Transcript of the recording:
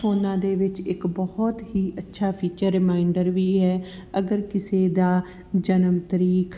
ਫੋਨਾਂ ਦੇ ਵਿੱਚ ਇੱਕ ਬਹੁਤ ਹੀ ਅੱਛਾ ਫੀਚਰ ਰੀਮਾਈਂਡਰ ਵੀ ਹੈ ਅਗਰ ਕਿਸੇ ਦਾ ਜਨਮ ਤਰੀਕ